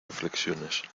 reflexiones